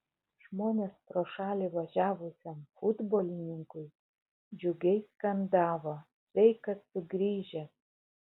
žmonės pro šalį važiavusiam futbolininkui džiugiai skandavo sveikas sugrįžęs